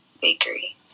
bakery